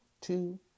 Two